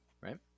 right